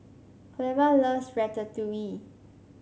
Cleva loves Ratatouille